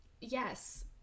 Yes